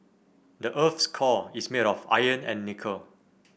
the earth's core is made of iron and nickel